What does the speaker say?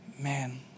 man